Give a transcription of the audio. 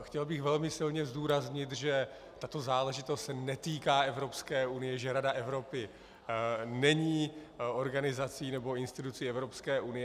Chtěl bych velmi silně zdůraznit, že tato záležitost se netýká Evropské unie, že Rada Evropy není organizací nebo institucí Evropské unie.